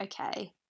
okay